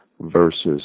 versus